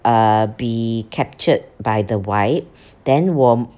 err be captured by the wipe then 我